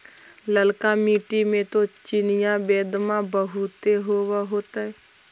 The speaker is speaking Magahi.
ललका मिट्टी मे तो चिनिआबेदमां बहुते होब होतय?